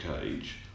cage